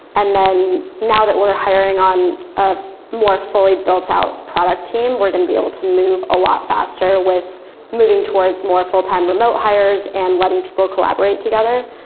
and then now that we're hiring on a more fully built out product team, we're going to be able to move a lot faster with moving towards more full time remote hires and letting people collaborate together.